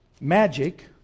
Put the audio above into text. Magic